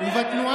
מי